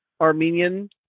Armenian